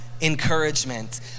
encouragement